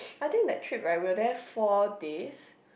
I think that trip right were there four days